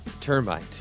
termite